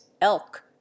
elk